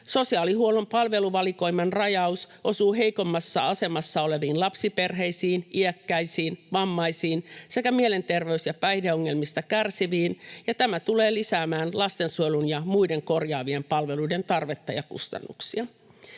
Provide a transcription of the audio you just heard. Sosiaalihuollon palveluvalikoiman rajaus osuu heikommassa asemassa oleviin lapsiperheisiin, iäkkäisiin, vammaisiin sekä mielenterveys- ja päihdeongelmista kärsiviin, ja tämä tulee lisäämään lastensuojelun ja muiden korjaavien palveluiden tarvetta ja kustannuksia.